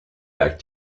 back